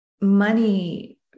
money